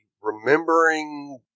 remembering